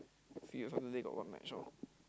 see Saturday got what match lor